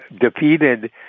defeated